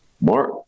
Mark